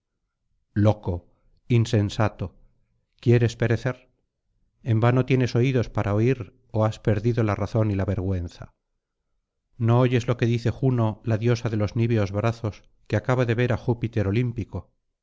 loco insensato quieres perecer en vano tienes oídos para oir ó has perdido la razón y la vergüenza no oyes lo que dice juno la diosa de los niveos brazos que acaba de ver á júpiter olímpico